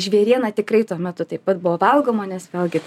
žvėriena tikrai tuo metu taip pat buvo valgoma nes vėlgi tai